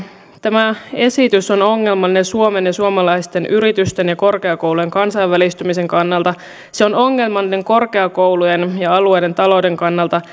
tämä esitys on ongelmallinen suomen ja suomalaisten yritysten ja korkeakoulujen kansainvälistymisen kannalta se on ongelmallinen korkeakoulujen ja alueiden talouden kannalta